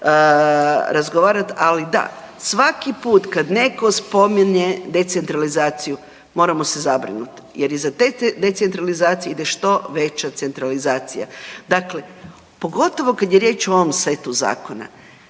razgovarati. Ali da, svaki put kad netko spominje decentralizaciju moramo se zabrinuti, jer iza te decentralizacije ide što veća centralizacija. Dakle, pogotovo kada je riječ o ovom setu zakona.